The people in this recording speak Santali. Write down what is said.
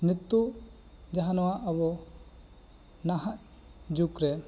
ᱱᱤᱛᱚᱜ ᱡᱟᱦᱟᱸ ᱱᱚᱣᱟ ᱟᱵᱚ ᱱᱟᱦᱟᱜ ᱡᱩᱜᱽ ᱨᱮ